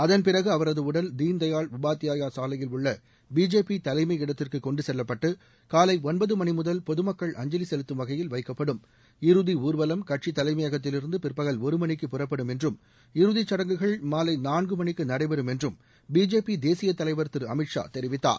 அதன் பிறகு அவரது உடல் தீன் தயாள் உபாத்யாயா சாலையில் உள்ள பிஜேபி தலைமையிடத்திற்கு கொண்டுசெல்வப்பட்டு காலை ஒன்பது மணி முதல் பொது மக்கள் அஞ்சலி செலுத்தும் வகையில் வைக்கப்படும் இறதி ஊர்வலம் கட்சி தலைமையகத்திலிருந்து பிற்பகல் ஒரு மணிக்கு புறப்படும் என்றும் இறுதிச் சடங்குகள் மாலை நான்கு மணிக்கு நடைபெறும் என்றும் பிஜேபி தேசிய தலைவர் திரு அமித் ஷா தெரிவித்தார்